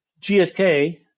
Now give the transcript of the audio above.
gsk